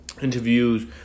interviews